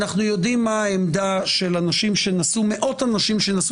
אנו יודעים מה העמדה של מאות אנשים שנשאו